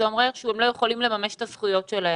זה אומר שהם לא יכולים לממש את הזכויות שלהם.